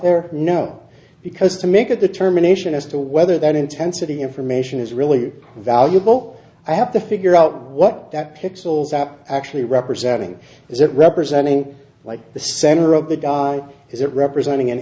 there no because to make a determination as to whether that intensity information is really valuable i have to figure out what that pixels are actually representing is it representing like the center of the di is it representing an